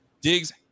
Diggs